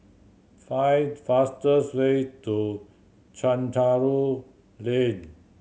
find the fastest way to Chencharu Lane